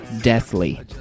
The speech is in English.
deathly